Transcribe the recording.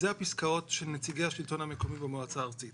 זה הפסקאות של נציגי השלטון המקומי במועצה הארצית,